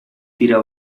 dira